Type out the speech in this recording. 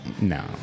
No